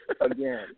Again